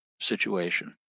situation